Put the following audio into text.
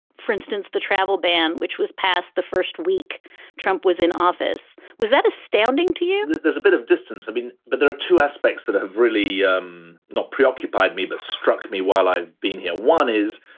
for instance, the travel ban which was passed the first week trump was in office. was that astounding to you, that there's a bit of distance? i mean, but there are two aspects that have really yeah um not preoccupied me that but struck me while i've been here. one is.